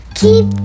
keep